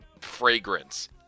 fragrance